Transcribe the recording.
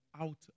out